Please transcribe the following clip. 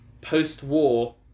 post-war